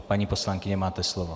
Paní poslankyně, máte slovo.